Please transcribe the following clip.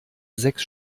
sechs